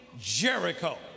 Jericho